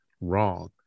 wrong